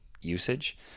usage